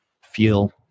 feel